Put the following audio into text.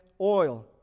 oil